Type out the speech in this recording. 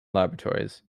laboratories